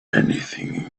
anything